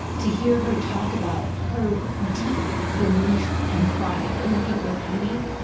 to hear her talk about her deep belief and pride in the people of haiti,